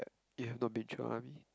you have not been through army